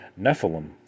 nephilim